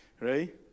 right